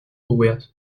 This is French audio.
woerth